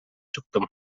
чыктым